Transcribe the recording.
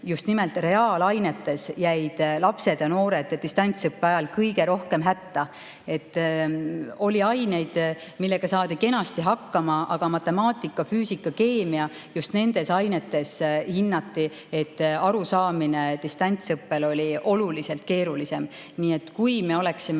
just nimelt reaalainetes jäid lapsed ja noored distantsõppe ajal kõige rohkem hätta. Oli aineid, millega saadi kenasti hakkama, aga matemaatika, füüsika, keemia – just nendes ainetes hinnati, et arusaamine on distantsõppe korral oluliselt keerulisem. Nii et kui me oleksime